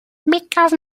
because